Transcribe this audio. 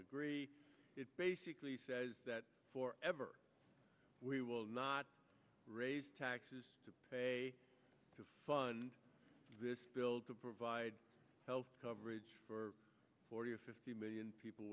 agree it basically says that for ever we will not raise taxes to fund this bill to provide health coverage for forty or fifty million people